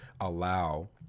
allow